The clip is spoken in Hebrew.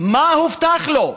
מה הובטח לו?